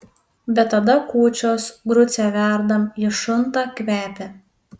bet tada kūčios grucę verdam ji šunta kvepia